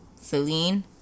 Celine